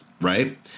right